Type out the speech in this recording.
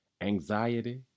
Anxiety